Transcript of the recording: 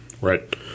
Right